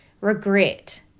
regret